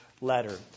Letter